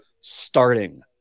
starting